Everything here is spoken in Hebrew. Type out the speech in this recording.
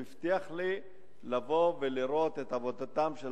הוא הבטיח לי לבוא ולראות את עבודתם של